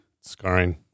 scarring